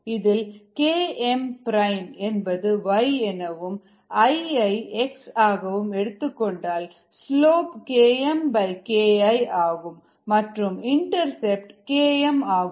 இதில் Kmஎன்பது y எனவும் I ஐ x ஆகவும் எடுத்துக்கொண்டால் ஸ்லோப் KmKIஆகும் மற்றும் இன்டர்செப்ட் Km ஆகும்